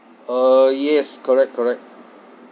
uh yes correct correct